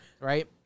right